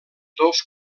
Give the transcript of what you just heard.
dos